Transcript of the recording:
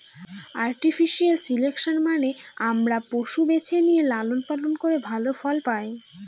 artificial selection মানে আমরা পশু বেছে নিয়ে লালন পালন করে ভালো ফল পায়